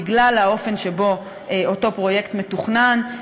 בגלל האופן שבו אותו פרויקט מתוכנן,